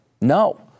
no